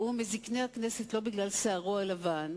הוא מזקני הכנסת לא בגלל שערו הלבן,